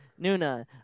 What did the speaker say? Nuna